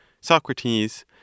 Socrates